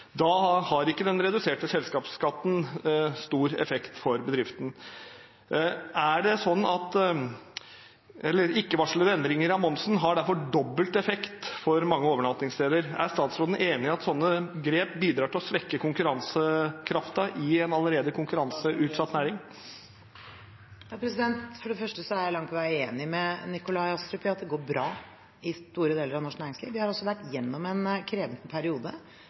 har ikke den reduserte selskapsskatten stor effekt for bedriften. Ikke-varslede endringer av momsen har derfor dobbelt effekt for mange overnattingssteder. Er statsråden enig i at slike grep bidrar til å svekke konkurransekraften i en allerede konkurranseutsatt næring? For det første er jeg langt på vei enig med Nikolai Astrup i at det går bra i store deler av norsk næringsliv. Vi har vært igjennom en krevende periode.